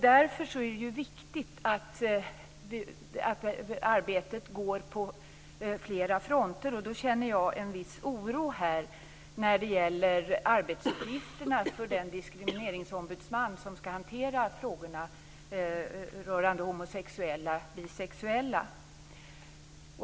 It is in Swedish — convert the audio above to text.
Därför är det viktigt att arbetet sker på flera fronter. Jag känner en viss oro när det gäller arbetsuppgifterna för den diskrimineringsombudsman som skall hantera frågorna rörande homosexuella och bisexuella.